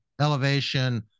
elevation